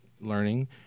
learning